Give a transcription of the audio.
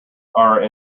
are